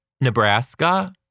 Nebraska